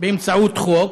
באמצעות חוק.